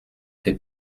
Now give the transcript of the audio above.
fait